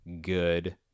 good